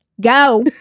go